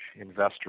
investor